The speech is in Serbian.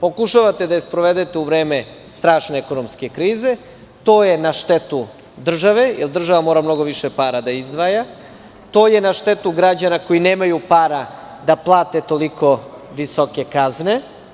Pokušavate da je sprovedete u vreme strašne ekonomske krize, a to je na štetu države, jer država mora mnogo više para da izdvaja, to je na štetu građana koji nemaju para da plate toliko visoke kazne.